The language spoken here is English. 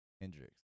Hendrix